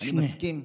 אני מסכים.